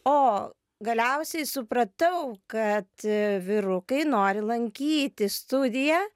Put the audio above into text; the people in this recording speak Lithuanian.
o galiausiai supratau kad vyrukai nori lankyti studiją